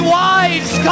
wise